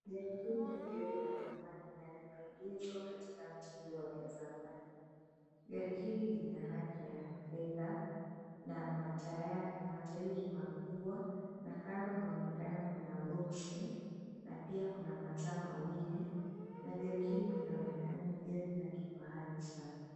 Gari hili ni gari la dhamani na limeegezwa katika mtindo wa kizamani. Gari hili lina rangi ya fedha na matairi makubwa na kando kunaonekana kuna boksi na pia kuna mataa mawili na gari hili linaonekana ni gari la kifahari sana.